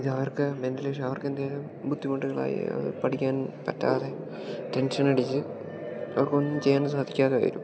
ഇതവർക്ക് mentally അവർക്ക് എന്തെങ്കിലും ബുദ്ധിമുട്ടുകളായി അത് പഠിക്കാൻ പറ്റാതെ ടെൻഷനടിച്ച് അവർക്കൊന്നും ചെയ്യാൻ സാധിക്കാതെ വരും